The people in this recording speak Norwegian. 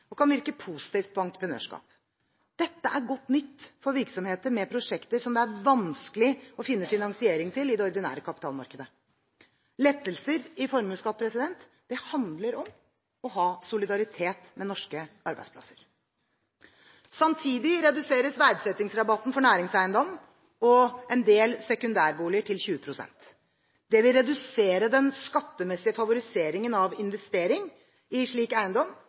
og kan virke positivt på entreprenørskap. Dette er godt nytt for virksomheter med prosjekter som det er vanskelig å finne finansiering til i det ordinære kapitalmarkedet. Lettelser i formuesskatten handler om å ha solidaritet med norske arbeidsplasser. Samtidig reduseres verdsettingsrabatten for næringseiendom og en del sekundærboliger til 20 pst. Det vil redusere den skattemessige favoriseringen av investering i slik eiendom